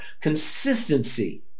Consistency